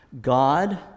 God